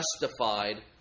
justified